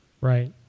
Right